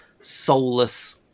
soulless